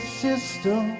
system